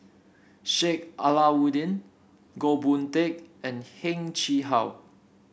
Sheik Alau'ddin Goh Boon Teck and Heng Chee How